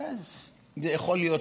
זה יכול להיות,